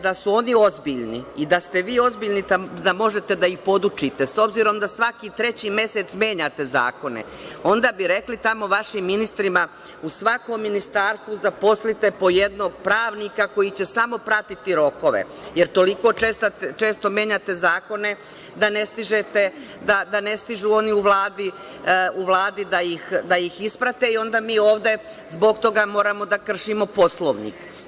Da su oni ozbiljni i da ste vi ozbiljni da možete da ih podučite, s obzirom da svaki treći mesec menjate zakone, onda bi rekli tamo vašim ministrima, u svakom ministarstvu zaposlite po jednog pravnika koji će samo pratiti rokove, jer toliko često menjate zakone da ne stižu oni u Vladi da ih isprate, i onda mi ovde zbog toga moramo da kršimo Poslovnik.